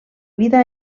vida